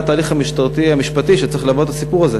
מה התהליך המשטרתי המשפטי שצריך ללוות את הסיפור הזה?